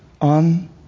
on